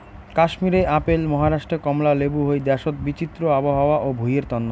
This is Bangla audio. কাশ্মীরে আপেল, মহারাষ্ট্রে কমলা লেবু হই দ্যাশোত বিচিত্র আবহাওয়া ও ভুঁইয়ের তন্ন